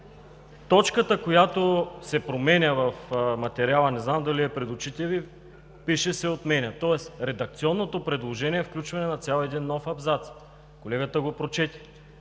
точката, която се променя в материала, не знам дали е пред очите Ви, пише „се отменя“. Тоест редакционното предложение е включване на цял един нов абзац. Колегата господин